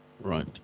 Right